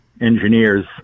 engineers